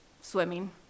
swimming